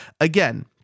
Again